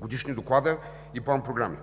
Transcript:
годишни доклада и план-програма.